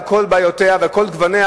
על כל בעיותיה ועל כל גווניה,